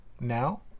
now